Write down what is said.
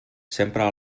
sempre